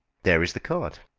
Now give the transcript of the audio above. there is the card.